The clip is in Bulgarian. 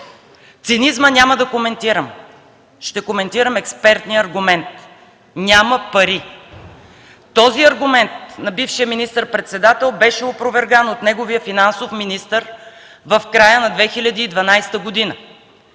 Цинизмът няма да коментирам, ще коментирам експертния аргумент – няма пари. Този аргумент на бившия министър-председател беше опроверган от неговия финансов министър в края на 2012 г.